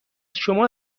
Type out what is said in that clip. شما